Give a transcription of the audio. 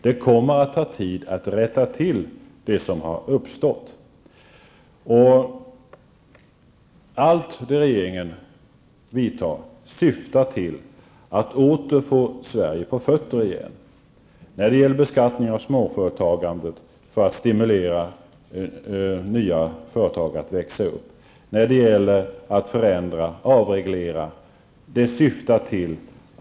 Det kommer att ta tid att rätta till de fel som har uppstått. Allt vad regeringen vidtar syftar till att få Sverige på fötter igen. Det gäller att minska beskattning av småföretagande för att stimulera nya företag att växa upp, det gäller förändringar och avregleringar.